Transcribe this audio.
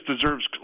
deserves